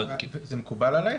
זה מקובל עלייך?